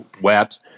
wet